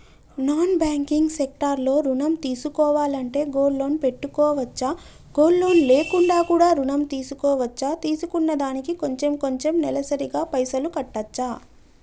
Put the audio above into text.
Non banking sector లో ఋణం తీసుకోవాలంటే గోల్డ్ లోన్ పెట్టుకోవచ్చా? గోల్డ్ లోన్ లేకుండా కూడా ఋణం తీసుకోవచ్చా? తీసుకున్న దానికి కొంచెం కొంచెం నెలసరి గా పైసలు కట్టొచ్చా?